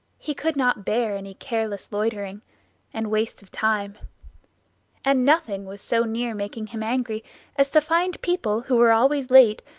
he could not bear any careless loitering and waste of time and nothing was so near making him angry as to find people, who were always late,